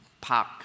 park